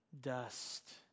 dust